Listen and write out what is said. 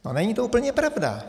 No není to úplně pravda.